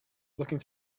looking